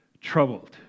troubled